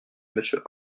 monsieur